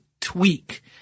tweak